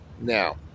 Now